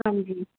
हांजी